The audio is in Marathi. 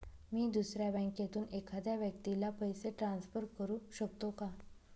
मी दुसऱ्या बँकेतून एखाद्या व्यक्ती ला पैसे ट्रान्सफर करु शकतो का?